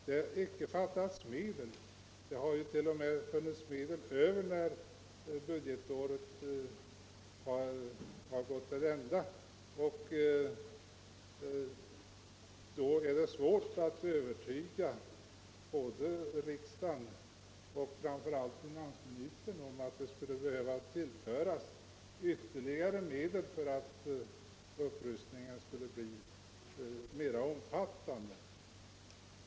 Det har icke fattats medel — det har t.o.m. funnits medel över när budgetåret gått till ända. Då är det svårt att övertyga riksdagen och framför allt finansministern om att det skulle behöva anslås ytterligare medel för att upprustningen skulle bli mer omfattande.